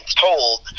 told